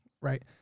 right